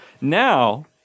Now